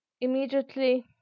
immediately